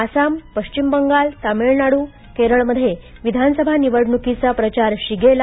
आसाम पश्चिम बंगाल तामिळनाडू केरळमध्ये विधानसभा निवडणुकीचा प्रचार शिगेला